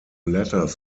letters